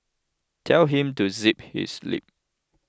tell him to zip his lip